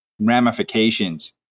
ramifications